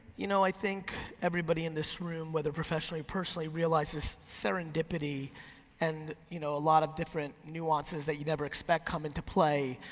you know, i think everybody in this room, whether professionally or personally, realizes serendipity and you know a lot of different nuances that you never expect come into play.